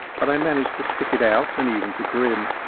but i managed to stick it out and even to grin.